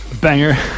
Banger